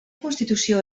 constitució